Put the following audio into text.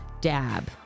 dab